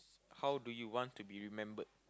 how do you want to be remembered